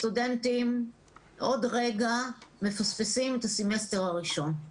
הסטודנטים עוד רגע מפספסים את הסמסטר הראשון.